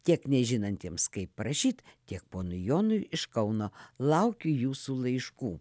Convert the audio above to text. tiek nežinantiems kaip parašyt tiek ponui jonui iš kauno laukiu jūsų laiškų